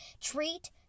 Treat